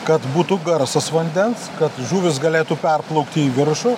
kad būtų garsas vandens kad žuvys galėtų perplaukti į viršų